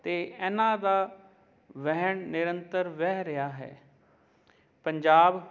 ਅਤੇ ਇਹਨਾਂ ਦਾ ਵਹਿਣ ਨਿਰੰਤਰ ਵਹਿ ਰਿਹਾ ਹੈ ਪੰਜਾਬ